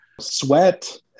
sweat